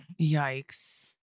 yikes